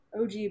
og